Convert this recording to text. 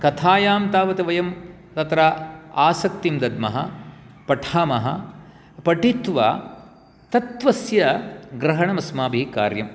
कथायां तावत् वयं तत्र आसक्तिं दद्मः पठामः पठित्वा तत्त्वस्य ग्रहणम् अस्माभिः कार्यं